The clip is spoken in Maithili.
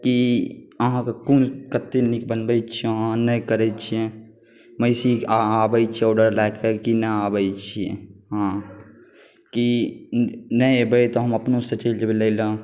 कि अहाँके कोन कतेक नीक बनबै छिए नहि करै छिए महिषी आबै छिए ऑडर लऽ कऽ कि नहि आबै छिए अहाँ कि नहि अएबै तऽ हम अपनोसँ चलि जेबै लैलए